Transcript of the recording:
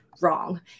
wrong